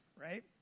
right